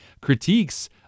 critiques